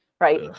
right